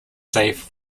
safe